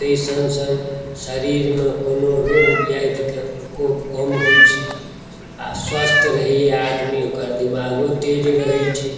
ताहि सङ्ग सङ्ग शरीरमे कोनो रोग व्याधिके प्रकोप कम होइत छै आ स्वास्थ्य रहैया आदमी ओकर दिमागो तेज रहै छै